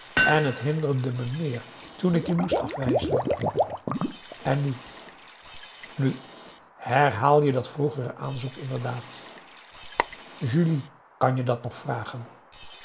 en het hinderde me zeer toen ik je moest afwijzen en nu p a daum hoe hij raad van indië werd onder ps maurits nu herhaal je dat vroegere aanzoek inderdaad julie kan je dat nog vragen